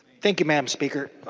thank you mme. um speaker.